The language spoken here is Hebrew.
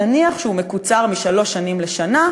נניח שהוא מקוצר משלוש שנים לשנה,